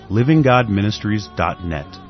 livinggodministries.net